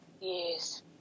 Yes